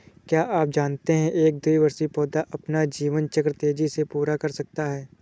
क्या आप जानते है एक द्विवार्षिक पौधा अपना जीवन चक्र तेजी से पूरा कर सकता है?